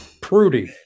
Prudy